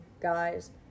guys